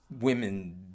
women